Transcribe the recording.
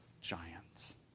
giants